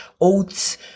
oats